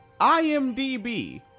imdb